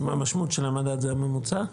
שמה המשמעות של המדד, זה הממוצע?